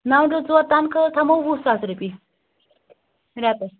نَو ٹُو ژور تنخواہس تھَومو وُہ ساس رۄپیہِ رٮ۪تَس